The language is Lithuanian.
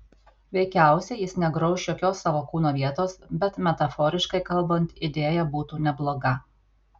veikiausiai jis negrauš jokios savo kūno vietos bet metaforiškai kalbant idėja būtų nebloga